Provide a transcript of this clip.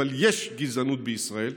אבל יש גזענות בישראל,